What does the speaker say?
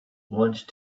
once